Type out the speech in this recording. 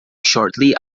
shortly